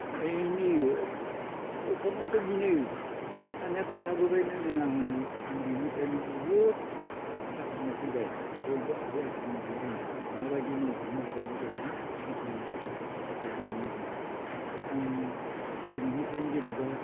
ओरैनो खिन्थानायथ' बेनो थानायाथ' थाबोबायानो जों आङो बेनिफ्रायनो बुहुत खस्त' खाथिना फैबाय बयबो आइ आफाया नुजोबदों आंखौ माबायदि मावदों माबायदि जादों आंखौ नुजोबबाय रावबो नुयि गैया आं उन्दैनिफ्रायनो जेनेबा